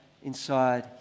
inside